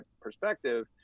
perspective